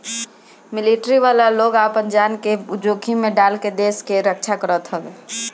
military वाला लोग आपन जान के जोखिम में डाल के देस के रक्षा करत हवे